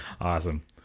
awesome